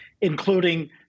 Including